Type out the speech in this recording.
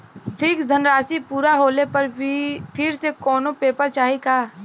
Fix धनराशी पूरा होले पर फिर से कौनो पेपर चाही का?